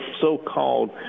so-called